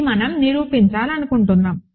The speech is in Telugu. ఇది మనం నిరూపించాలనుకుంటున్నాము